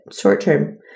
short-term